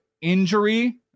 injury